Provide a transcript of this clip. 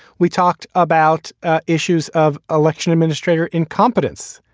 we talked about ah issues of election administrator incompetence,